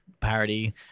parody